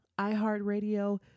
iHeartRadio